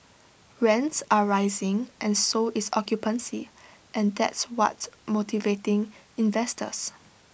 rents are rising and so is occupancy and that's what's motivating investors